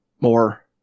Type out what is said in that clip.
more